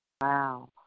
Wow